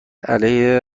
علی